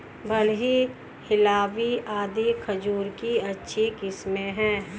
बरही, हिल्लावी आदि खजूर की अच्छी किस्मे हैं